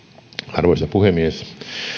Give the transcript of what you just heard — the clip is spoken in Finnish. arvoisa puhemies